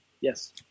Yes